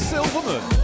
Silverman